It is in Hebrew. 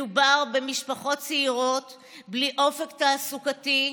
מדובר במשפחות צעירות בלי אופק תעסוקתי,